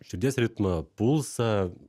širdies ritmą pulsą